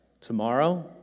tomorrow